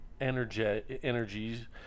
energies